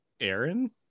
Aaron